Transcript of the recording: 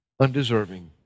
undeserving